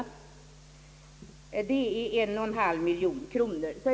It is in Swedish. Det är 1,5 miljon kronor.